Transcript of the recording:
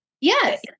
Yes